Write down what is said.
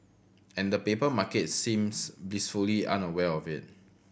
and the paper market seems blissfully unaware of it